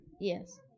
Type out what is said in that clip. Yes